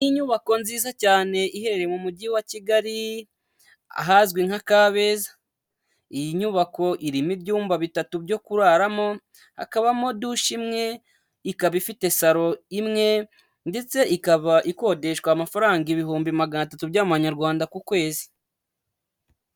Inyubako nziza cyane iherereye mu mujyi wa Kigali ahazwi nka Kabeza, iyi nyubako irimo ibyumba bitatu byo kuraramo, hakabamo dushe imwe, ikaba ifite saro imwe ndetse ikaba ikodeshwa amafaranga ibihumbi magana atatu by'amanyarwanda ku kwezi.